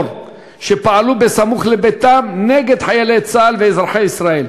שפעלו סמוך לביתם נגד חיילי צה"ל ואזרחי ישראל.